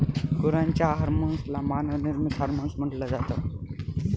गुरांच्या हर्मोन्स ला मानव निर्मित हार्मोन्स म्हटल जात